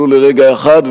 ולו לרגע אחד.